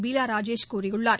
பீலா ராஜேஷ் கூறியுள்ளார்